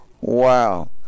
Wow